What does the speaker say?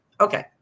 Okay